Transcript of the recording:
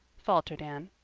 faltered anne,